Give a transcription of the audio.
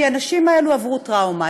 כי הנשים האלו עברו טראומה.